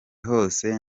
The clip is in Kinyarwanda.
hose